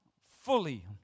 fully